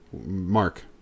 Mark